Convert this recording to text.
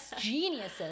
geniuses